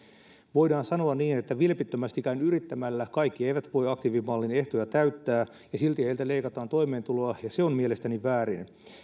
voidaan sanoa niin että vilpittömästikään yrittämällä kaikki eivät voi aktiivimallin ehtoja täyttää ja silti heiltä leikataan toimeentuloa ja se on mielestäni väärin